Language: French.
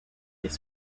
les